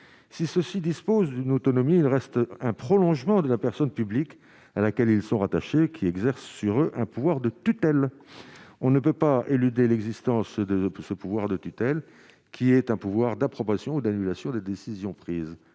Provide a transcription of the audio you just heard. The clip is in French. si ceux-ci disposent d'une autonomie, il reste un prolongement de la personne publique à laquelle ils sont rattachés, qui exerce sur un pouvoir de tutelle, on ne peut pas éluder l'existence de ce pouvoir de tutelle qui est un pouvoir d'approbation ou d'annulation des décisions prises